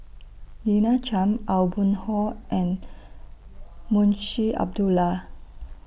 Lina Chiam Aw Boon Haw and Munshi Abdullah